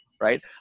right